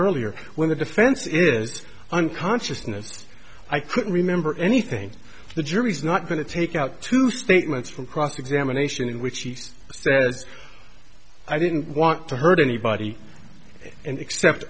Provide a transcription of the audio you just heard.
earlier when the defense is unconsciousness i couldn't remember anything the jury's not going to take out two statements from cross examination in which he says i didn't want to hurt anybody and except